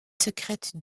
secrètes